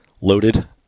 loaded